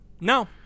No